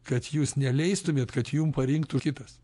kad jūs neleistumėt kad jum parinktų kitas